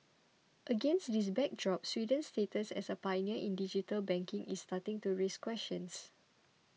against this backdrop Sweden's status as a pioneer in digital banking is starting to raise questions